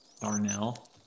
Darnell